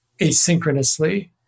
asynchronously